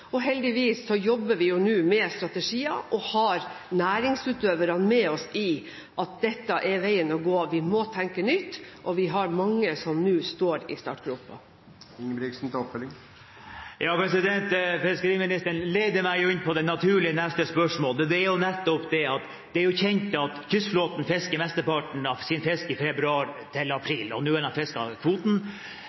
Heldigvis jobber vi nå med strategier og har næringsutøverne med oss i at dette er veien å gå. Vi må tenke nytt, og vi har mange som nå står i startgropa. Johnny Ingebrigtsen – til oppfølgingsspørsmål. Fiskeriministeren leder meg inn på det naturlige neste spørsmål. Det er jo nettopp det at det er kjent at kystflåten fisker mesteparten av sin fisk i februar til april – og nå har de fisket kvoten.